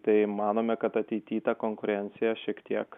tai manome kad ateity ta konkurencija šiek tiek